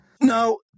No